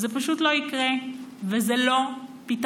זה פשוט לא יקרה, וזה לא פתרון.